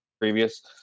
previous